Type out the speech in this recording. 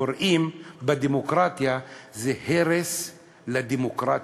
קוראים בדמוקרטיה "הרס הדמוקרטיה".